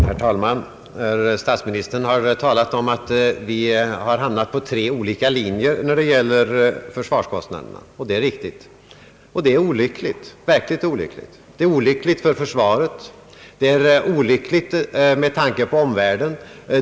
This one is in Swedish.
Herr talman! Herr statsministern har talat om att vi har hamnat på tre olika linjer när det gäller försvarskostnaderna. Det är riktigt. Och det är olyckligt, verkligt olyckligt — dels för försvaret och dels med tanke på omvärlden.